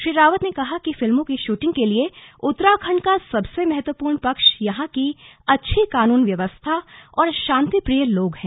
श्री रावत ने कहा कि फिल्मों की शूटिंग के लिए उत्तराखण्ड का सबसे महत्वपूर्ण पक्ष यहां की अच्छी कानून व्यवस्था और शांतिप्रिय लोग हैं